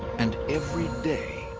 and every day,